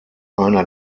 einer